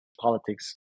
politics